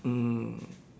mm